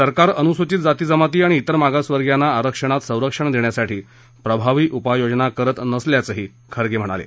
सरकार अनुसूचित जाती जमाती आणि तिर मागासवर्गीयांना आरक्षणात संरक्षण देण्यासाठी प्रभावी उपाययोजना करत नसल्याचंही खरगे म्हणाले